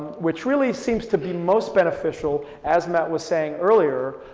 which really seems to be most beneficial, as matt was saying earlier,